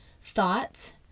thoughts